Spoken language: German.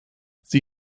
sie